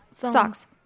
Socks